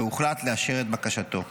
והוחלט לאשר את בקשתו.